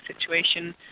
situation